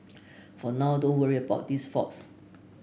for now don't worry about these faults